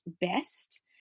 best